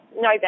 No